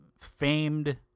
famed